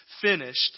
finished